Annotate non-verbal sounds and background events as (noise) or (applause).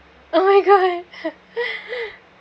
oh my god (laughs)